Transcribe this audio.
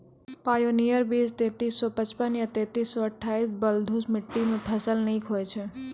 Pioneer बीज तेंतीस सौ पचपन या तेंतीस सौ अट्ठासी बलधुस मिट्टी मे फसल निक होई छै?